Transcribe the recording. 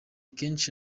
kenshi